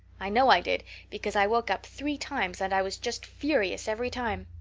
i know i did because i woke up three times and i was just furious every time.